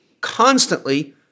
constantly